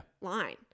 line